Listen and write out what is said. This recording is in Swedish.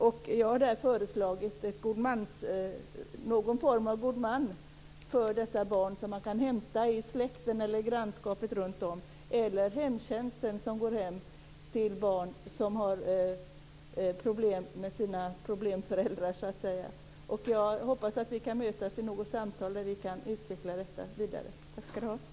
Jag har i motionen föreslagit någon form av god man för dessa barn som man kan hämta i släkten eller i grannskapet runtom eller att hemtjänsten går hem till barn som har så att säga problemföräldrar. Jag hoppas att vi kan mötas i något samtal där vi kan utveckla detta vidare. Tack, Ragnwi Marcelind.